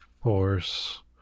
Force